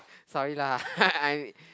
sorry lah I